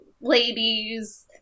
ladies